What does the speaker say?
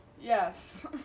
Yes